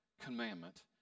commandment